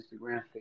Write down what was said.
Instagram